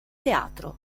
teatro